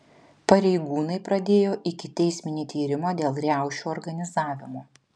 pareigūnai pradėjo ikiteisminį tyrimą dėl riaušių organizavimo